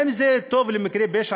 האם זה טוב למקרי פשע?